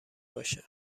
باشه